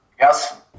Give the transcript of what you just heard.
Yes